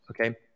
Okay